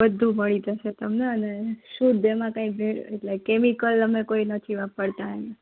બધું મળી જશે તમને અને શુદ્ધ એમાં કંઈ ભેળ એટલે કેમિકલ અમે કોઈ નથી વાપરતા